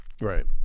right